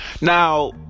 Now